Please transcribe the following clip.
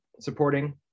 supporting